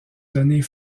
donnée